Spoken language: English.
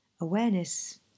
Awareness